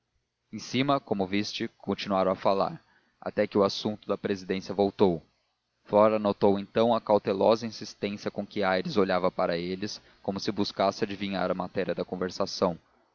em cima como viste continuaram a falar até que o assunto da presidência voltou flora notou então a cautelosa insistência com que aires olhava para eles como se buscasse adivinhar a matéria da conversação